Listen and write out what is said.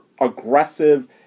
aggressive